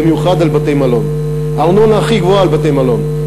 במיוחד על בתי-מלון: ארנונה הכי גבוהה על בתי-מלון,